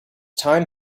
time